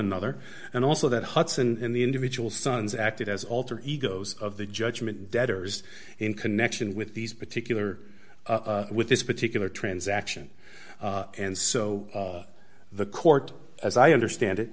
another and also that hudson in the individual sons acted as alter egos of the judgment debtors in connection with these particular with this particular transaction and so the court as i understand it